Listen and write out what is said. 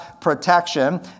protection